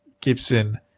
Gibson